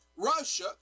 Russia